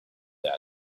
that